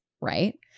Right